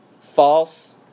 false